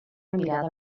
mirada